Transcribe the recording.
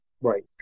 Right